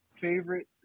favorite